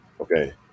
Okay